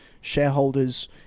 Shareholders